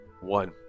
one